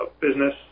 business